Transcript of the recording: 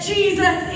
Jesus